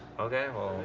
okay, well.